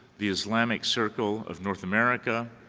the islamic circle of north america,